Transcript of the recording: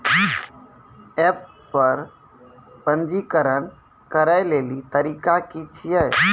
App पर पंजीकरण करै लेली तरीका की छियै?